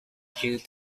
due